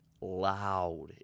loud